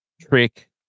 trick